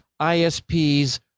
ISPs